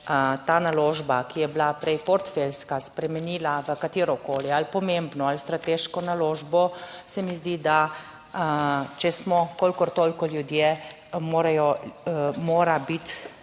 ta naložba, ki je bila prej portfeljska, spremenila v katerokoli ali pomembno ali strateško naložbo, se mi zdi, da če smo kolikor toliko ljudje, mora biti